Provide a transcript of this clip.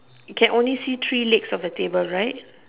can only see three legs of the table right